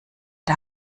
der